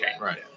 right